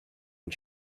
and